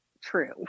true